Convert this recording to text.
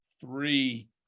three